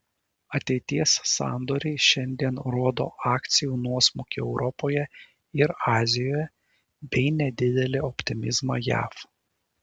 ateities sandoriai šiandien rodo akcijų nuosmukį europoje ir azijoje bei nedidelį optimizmą jav